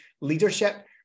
leadership